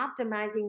optimizing